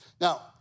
Now